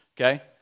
Okay